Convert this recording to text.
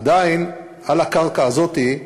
עדיין, על הקרקע הזאת,